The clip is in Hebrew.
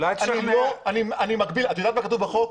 את יודעת מה כתוב בחוק?